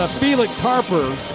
ah felix harper